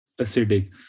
acidic